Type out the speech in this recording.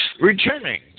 Returning